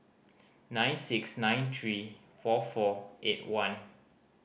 nine six nine three four four eight one